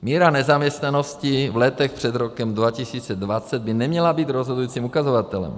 Míra nezaměstnanosti v letech před rokem 2020 by neměla být rozhodujícím ukazatelem.